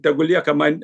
tegu lieka man